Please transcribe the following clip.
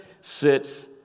sits